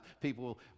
people